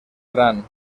gran